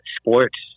sports